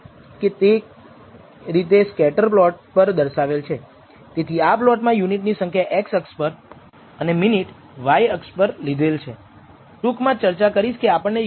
તેથી આપણે જે જણાવી રહ્યા છીએ તે છે કે β1 થી અજ્ઞાત β1 આ ઈન્ટર્વલસની અંદર 95 ટકા કોન્ફિડન્સ સાથે છે જે આપણે કહીએ છીએ